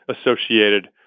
associated